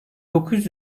dokuz